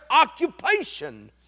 occupation